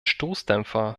stoßdämpfer